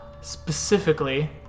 Specifically